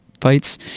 fights